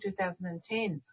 2010